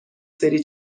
سری